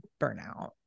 burnout